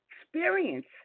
experience